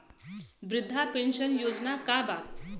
वृद्ध पेंशन योजना का बा?